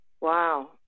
Wow